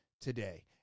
today